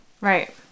Right